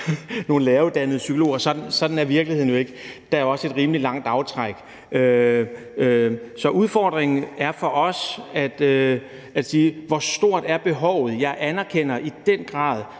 nogle læreruddannede psykologer, men sådan er virkeligheden jo ikke. Der er også et rimelig langt tilløb. Så udfordringen er for os at finde ud af, hvor stort behovet er. Jeg anerkender i den grad